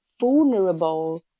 vulnerable